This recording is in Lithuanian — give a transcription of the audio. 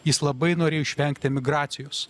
jis labai norėjo išvengti emigracijos